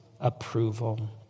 approval